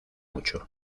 mucho